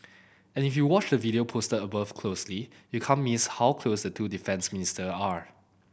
and if you watch the video posted above closely you can't miss how close the two defence minister are